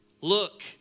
Look